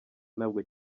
ntabwo